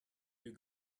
you